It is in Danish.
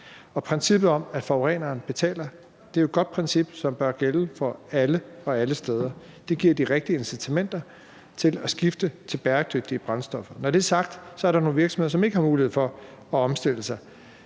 Princippet om, at forureneren betaler er et godt princip, som bør gælde for alle og alle steder. Det giver de rigtige incitamenter til at skifte til bæredygtige brændstoffer. Når det er sagt, er der nogle virksomheder, som ikke har mulighed for at omstille sig.